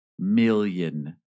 Million